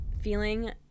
feeling